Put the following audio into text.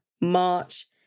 March